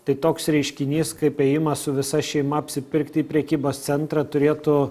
tai toks reiškinys kaip ėjimas su visa šeima apsipirkti į prekybos centrą turėtų